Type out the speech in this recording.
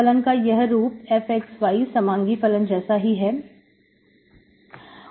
फलन का यह रूप fxy समांगी फलन जैसा ही है